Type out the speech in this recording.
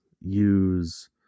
use